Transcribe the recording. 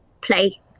Play